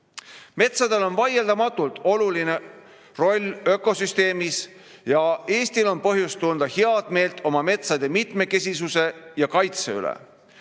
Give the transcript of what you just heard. puidu. Metsadel on vaieldamatult oluline roll ökosüsteemis ja Eestil on põhjust tunda heameelt oma metsade mitmekesisuse ja kaitse üle.